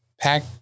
pack